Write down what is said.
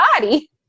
body